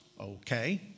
Okay